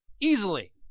easily